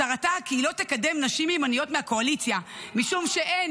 הצהרתה כי היא לא תקדם נשים ימניות מהקואליציה משום שהן